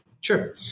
Sure